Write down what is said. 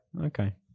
Okay